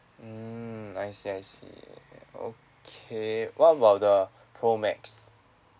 mm I see I see okay what about the pro max